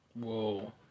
Whoa